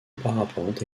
parapente